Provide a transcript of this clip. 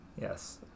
Yes